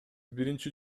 биринчи